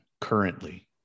currently